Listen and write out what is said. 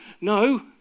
No